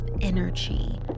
energy